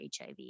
HIV